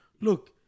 Look